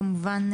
כמובן,